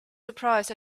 surprised